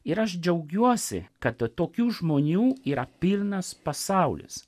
ir aš džiaugiuosi kad tokių žmonių yra pilnas pasaulis